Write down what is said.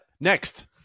Next